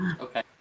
Okay